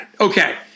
Okay